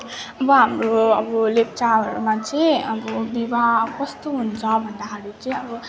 अब हाम्रो अब लेप्चाहरूमा चाहिँ अब विवाह कस्तो हुन्छ भन्दाखेरि चाहिँ अब